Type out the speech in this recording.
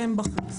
יפגעו.